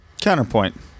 counterpoint